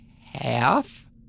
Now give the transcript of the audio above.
half